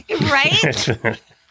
Right